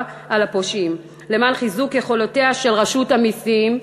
על הפושעים למען חיזוק יכולותיה של רשות המסים.